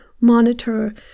monitor